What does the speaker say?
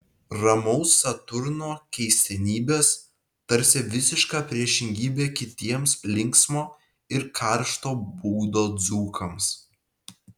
ramaus saturno keistenybės tarsi visiška priešingybė kitiems linksmo ir karšto būdo dzūkams